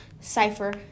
cipher